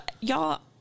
y'all